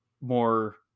more